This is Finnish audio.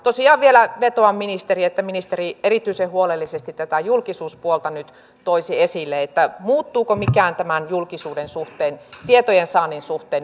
tosiaan vielä vetoan ministeriin että ministeri erityisen huolellisesti tätä julkisuuspuolta nyt toisi esille muuttuuko mikään tämän julkisuuden suhteen ja tietojen saannin suhteen nyt suomalaisille